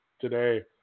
today